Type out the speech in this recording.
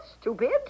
stupid